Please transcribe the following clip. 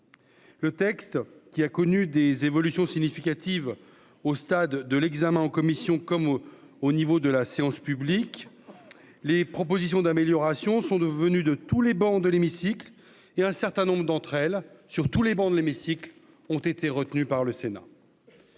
Le texte qui a connu des évolutions significatives au stade de l'examen en commission comme au au niveau de la séance publique les propositions d'amélioration sont devenus de tous les bancs de l'hémicycle et un certain nombre d'entre elles sur tous les bancs de l'hémicycle, ont été retenus par le Sénat.